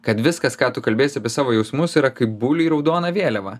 kad viskas ką tu kalbėsi apie savo jausmus yra kaip buliui raudona vėliava